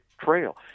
trail